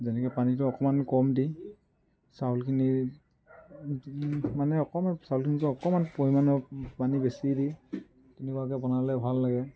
যেনেকৈ পানীটো অকণমান কম দি চাউলখিনি মানে অকণমান চাউলখিনিতকৈ অকণমান পৰিমাণৰ পানী বেছি দি তেনেকুৱাকৈ বনালে ভাল লাগে